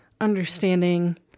understanding